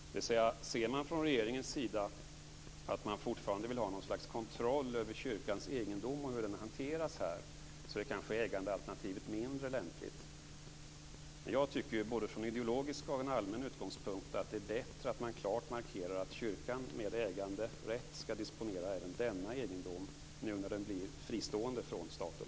Ser man från regeringens sida att man fortfarande vill ha något slags kontroll över kyrkans egendom och hur den hanteras är kanske ägandealternativet mindre lämpligt. Jag tycker dock, både från ideologisk och från allmän utgångspunkt, att det är bättre att klart markera att kyrkan med äganderätt skall disponera även denna egendom när den nu blir fristående från staten.